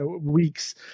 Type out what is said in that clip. weeks